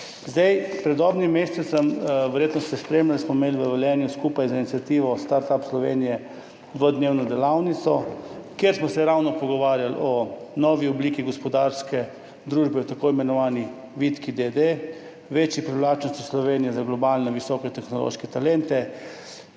ste spremljali, smo imeli v Velenju skupaj z iniciativo Start:up Slovenija dvodnevno delavnico, kjer smo se pogovarjali ravno o novi obliki gospodarske družbe, o tako imenovani vitki dede, večji privlačnosti Slovenije za globalne visoke tehnološke talente.